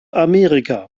amerika